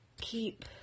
keep